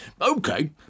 Okay